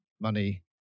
money